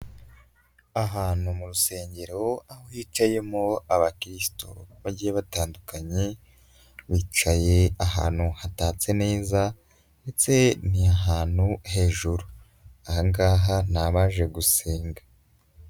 Ahantu mu rusengero aho hicayemo abakirisito bagiye batandukanye, bicaye ahantu hatatse neza, ndetse ni ahantu hejuru, aha ngaha ni abaje gusenga.